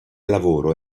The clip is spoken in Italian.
lavoro